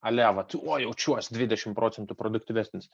ale vat o jaučiuos dvidešimt procentų produktyvesnis